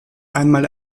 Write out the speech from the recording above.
einmal